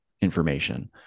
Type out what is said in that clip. information